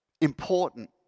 Important